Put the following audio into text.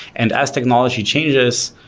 and as technology changes,